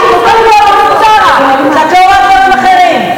דברים אחרים.